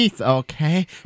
Okay